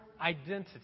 identity